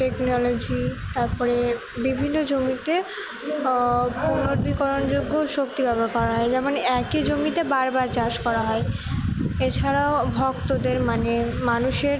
technology তারপরে বিভিন্ন জমিতে পুনর্নবীকরণযোগ্য শক্তি ব্যবহার করা হয় যেমন একই জমিতে বারবার চাষ করা হয় এছাড়াও ভক্তদের মানে মানুষের